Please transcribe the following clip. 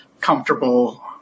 comfortable